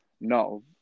No